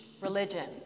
religion